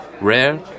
Rare